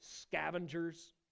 scavengers